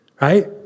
right